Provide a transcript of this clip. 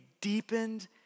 deepened